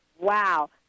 Wow